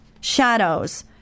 shadows